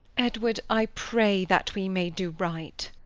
edward, i pray that we may do right.